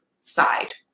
side